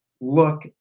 look